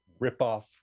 ripoff